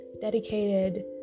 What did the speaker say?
dedicated